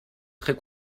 très